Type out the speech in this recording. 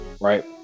Right